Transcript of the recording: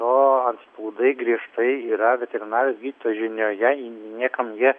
o antspaudai griežtai yra veterinarijos gydytojo žinioje niekam jie